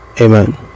amen